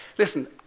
listen